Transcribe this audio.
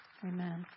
Amen